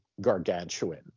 gargantuan